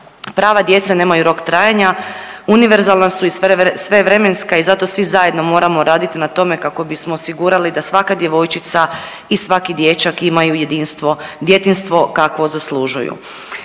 Prava djece nemaju rok trajanja, univerzalna su i svevremenska i zato svi zajedno moramo raditi na tome kako bismo osigurali da svaka djevojčica i svaki dječak imaju jedinstvo, djetinjstvo kakvo zaslužuju.